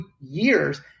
years